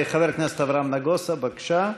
חבר הכנסת אברהם נגוסה, בבקשה,